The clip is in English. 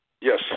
Yes